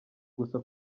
gusa